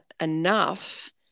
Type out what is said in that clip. enough